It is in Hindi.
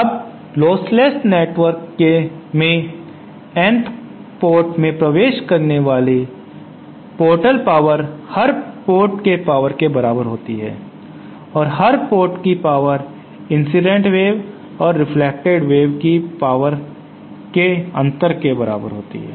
अब लोस्टलेस नेटवर्क में nth कोर्ट में प्रवेश करने वाली पोर्टल पावर हर पोर्ट की पावर के बराबर होता है और हर पोर्ट की पावर इंसिडेंट वेव और रेफ्लेक्टेड वेव की पावर के अंतर के बराबर होती है